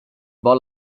vol